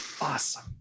Awesome